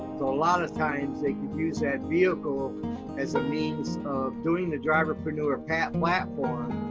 so a lot of times they can use that vehicle as a means of doing the driverpreneur platform,